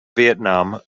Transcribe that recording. vietnam